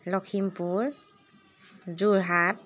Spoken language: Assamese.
লখিমপুৰ যোৰহাট